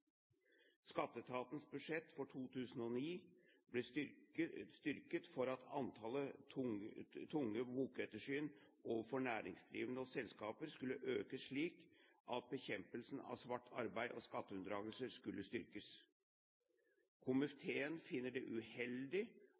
Skatteetatens budsjett for 2009 ble styrket for at antallet tunge bokettersyn overfor næringsdrivende og selskaper skulle økes, slik at bekjempelsen av svart arbeid og skatteunndragelser skulle styrkes. Komiteen finner det uheldig